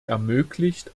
ermöglicht